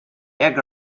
egg